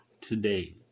today